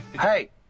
Hey